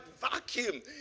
vacuum